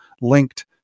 linked